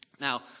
Now